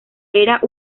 era